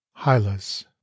Hylas